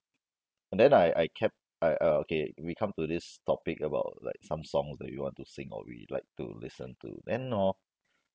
and then I I kept I I okay we come to this topic about like some songs that we want to sing or we like to listen to then hor